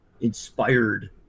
inspired